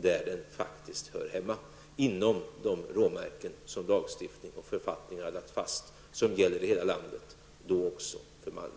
där den faktiskt hör hemma och inom de råmärken som lagtiftning och författningar lägger fast och som gäller för hela landet, då också för Malmö.